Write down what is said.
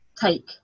Take